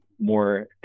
more